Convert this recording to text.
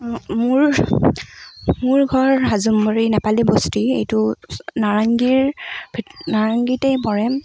মোৰ মোৰ মোৰ ঘৰ হাজুংবাৰী নেপালী বস্তি এইটো নাৰেঙ্গীৰ নাৰেঙ্গীতেই পৰে